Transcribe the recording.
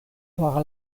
por